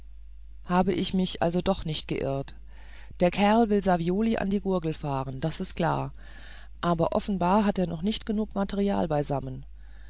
habe ich mich also doch nicht geirrt der kerl will savioli an die gurgel fahren das ist klar aber offenbar hat er noch nicht genug material beisammen